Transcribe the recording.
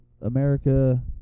America